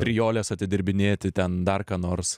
prijoles atidirbinėti ten dar ką nors